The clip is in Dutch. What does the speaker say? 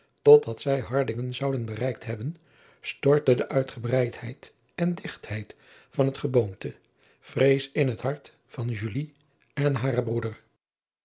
tot dat zij ardingen zouden bereikt hebben stortten de uitgebreidheid en digtheid van het geboomte vrees in het hart van en haren broeder